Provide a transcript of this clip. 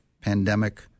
pandemic